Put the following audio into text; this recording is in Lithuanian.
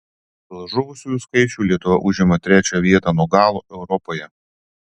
pagal žuvusiųjų skaičių lietuva užima trečią vietą nuo galo europoje